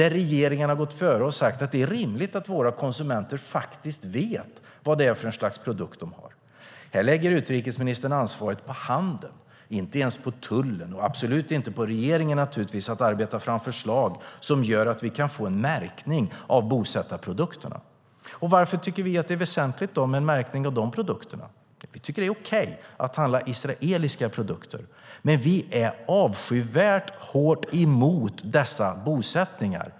Regeringarna där har gått före och sagt att det är rimligt att deras konsumenter vet vad det är för ett slags produkt. Men hos oss lägger utrikesministern ansvaret på handeln, inte ens på tullen och naturligtvis absolut inte på regeringen när det gäller att arbeta fram förslag som gör att vi kan få en märkning av bosättarprodukterna. Varför tycker vi då att det är väsentligt med en märkning av dessa produkter? Vi tycker att det är okej att handla israeliska produkter. Men vi är hårt emot dessa avskyvärda bosättningar.